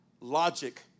logic